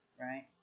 right